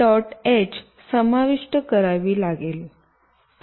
h समाविष्ट करावी लागेल